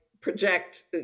project